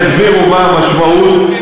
והם יסבירו מה המשמעות,